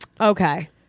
Okay